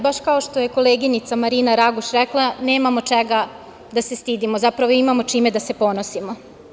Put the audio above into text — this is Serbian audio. Baš kao što je koleginica Marina Raguš rekla, nemamo čega da se stidimo, zapravo imamo čime da se ponosimo.